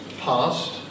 past